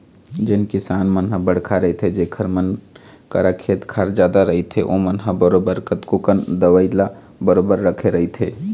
जेन किसान मन ह बड़का रहिथे जेखर मन करा खेत खार जादा रहिथे ओमन ह बरोबर कतको कन दवई ल बरोबर रखे रहिथे